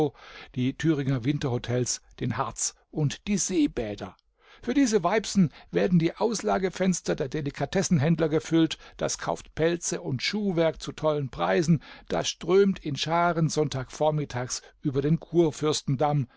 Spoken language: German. die thüringer winterhotels den harz und die seebäder für diese weibsen werden die auslagefenster der delikatessenhändler gefüllt das kauft pelze und schuhwerk zu tollen preisen das strömt in scharen sonntag vormittags über den kurfürstendamm